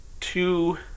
two